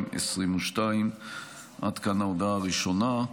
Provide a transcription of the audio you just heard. בינואר 2022. עד כאן ההודעה הראשונה.